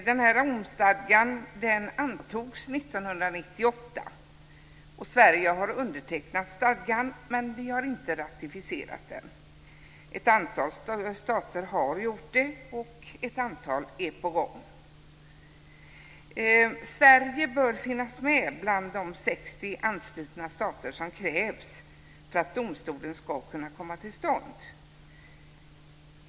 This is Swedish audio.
Fru talman! Romstadgan antogs 1998. Sverige har undertecknat stadgan, men vi har inte ratificerat den. Ett antal stater har gjort det, och ett antal är på gång. Sverige bör finnas med bland de 60 stater som måste ansluta sig för att domstolen ska kunna komma till stånd.